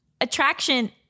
attraction